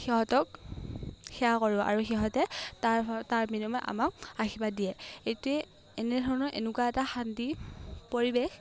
সিহঁতক সেৱা কৰোঁ আৰু সিহঁতে তাৰ তাৰ বিনিময়ত আমাক আশীৰ্বাদ দিয়ে এটোৱে এনেধৰণৰ এনেকুৱা এটা শান্তি পৰিৱেশ